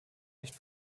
nicht